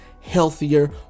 healthier